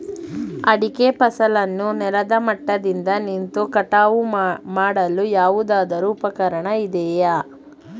ಅಡಿಕೆ ಫಸಲನ್ನು ನೆಲದ ಮಟ್ಟದಿಂದ ನಿಂತು ಕಟಾವು ಮಾಡಲು ಯಾವುದಾದರು ಉಪಕರಣ ಇದೆಯಾ?